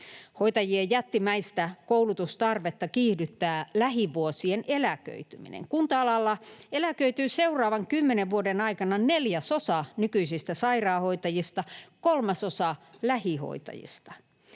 Hoitajien jättimäistä koulutustarvetta kiihdyttää lähivuosien eläköityminen. Kunta-alalla eläköityy seuraavan kymmenen vuoden aikana neljäsosa nykyisistä sairaanhoitajista ja kolmasosa lähihoitajista.